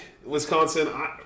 Wisconsin